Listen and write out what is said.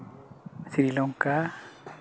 Sri Lanka